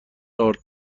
آرد